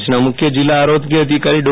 કચ્છના મુખ્ય જિલ્લા આરોગ્ય અધિકારી ડો